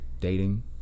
dating